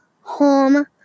home